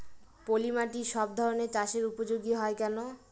পলিমাটি সব ধরনের চাষের উপযোগী হয় কেন?